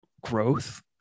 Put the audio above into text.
growth